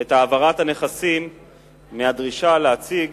את העברת הנכסים מהדרישה להציג